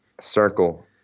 circle